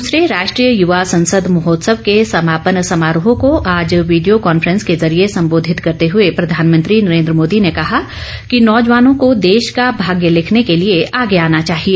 दूसरे राष्ट्रीय युवा संसद महोत्सव के समापन समारोह को आज वीडियो कांफ्रेंसिंग के जरिये संबोधित करते हुए प्रधानमंत्री नरेन्द्र मोदी ने कहा है कि नौजवानों को देश का भाग्य लिखने के लिए आगे आना चाहिए